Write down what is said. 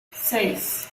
seis